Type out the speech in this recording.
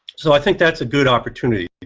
so i think that's a good opportunity,